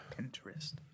Pinterest